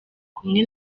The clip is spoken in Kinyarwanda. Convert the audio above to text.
kumwe